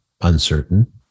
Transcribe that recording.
uncertain